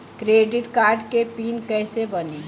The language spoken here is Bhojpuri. क्रेडिट कार्ड के पिन कैसे बनी?